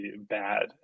bad